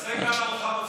נעשה כאן ארוחה מפסקת.